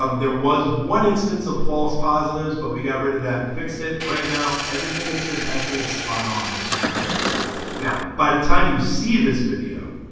um there was one instance of false positives but we got rid of that and fixed it right now everything it's detecting is spot on which is good now by the time you see this video